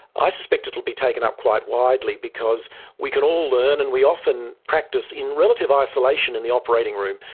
i suspect it will be taken up quite widely because we can all learn and we often practice in relative isolation in the operating room.